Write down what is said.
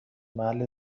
محل